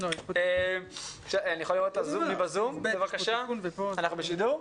אנחנו בשידור?